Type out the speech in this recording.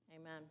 Amen